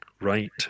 right